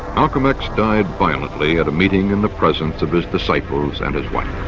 malcolm x died violently at a meeting in the presence of his disciples and his wife.